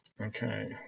Okay